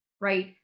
right